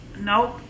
Nope